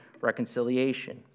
reconciliation